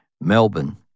Melbourne